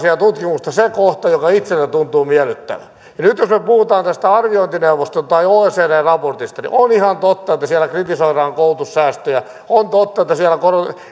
tutkimuksesta napataan se kohta joka itseä tuntuu miellyttävän ja nyt jos me puhumme arviointineuvoston tai oecdn raportista niin on ihan totta että siellä kritisoidaan koulutussäästöjä on totta että siellä